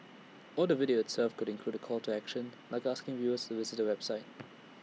or the video itself could include A call to action like asking viewers to visit A website